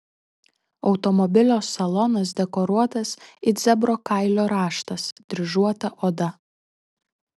automobilio salonas dekoruotas it zebro kailio raštas dryžuota oda